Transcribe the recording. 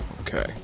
Okay